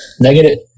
Negative